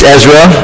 Ezra